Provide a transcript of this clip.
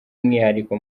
umwihariko